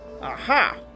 Aha